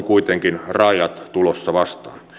kuitenkin rajat tulossa vastaan